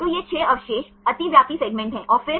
तो ये 6 अवशेष अतिव्यापी सेगमेंट हैं और फिर